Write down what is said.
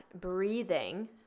breathing